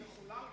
כולם התנגדו.